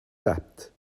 debt